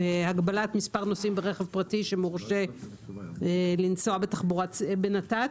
הגבלת מספר נוסעים ברכב פרטי שמורשה לנבוע בנת"צ,